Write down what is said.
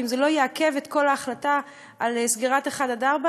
ואם זה לא יעכב את כל ההחלטה על סגירת 1 4,